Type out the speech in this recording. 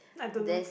I don't know